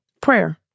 prayer